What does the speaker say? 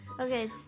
Okay